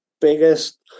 biggest